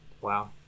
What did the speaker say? wow